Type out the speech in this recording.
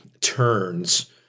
turns